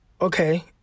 okay